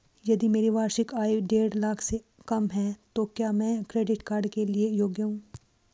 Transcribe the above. यदि मेरी वार्षिक आय देढ़ लाख से कम है तो क्या मैं क्रेडिट कार्ड के लिए योग्य हूँ?